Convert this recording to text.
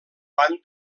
van